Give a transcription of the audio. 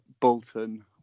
Bolton